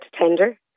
tender